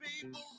people